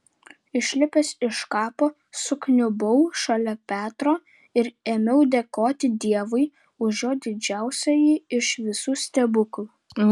išlipęs iš kapo sukniubau šalia petro ir ėmiau dėkoti dievui už jo didžiausiąjį iš visų stebuklų